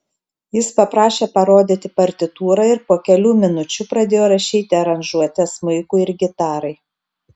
jis paprašė parodyti partitūrą ir po kelių minučių pradėjo rašyti aranžuotes smuikui ir gitarai